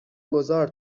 گذار